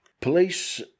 police